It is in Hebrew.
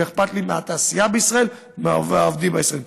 ואכפת לי מהתעשייה בישראל ומהעובדים הישראלים.